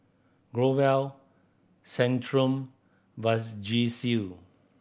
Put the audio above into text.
Growell Centrum Vagisil